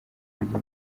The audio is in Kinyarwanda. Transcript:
kurya